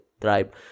tribe